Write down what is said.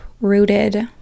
rooted